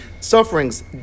sufferings